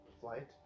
Flight